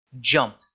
jump